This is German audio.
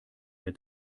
der